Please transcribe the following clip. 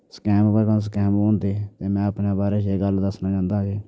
scam गै scam होंदे में अपने बारे च एह् गल्ल दस्सना चाह्न्ना कि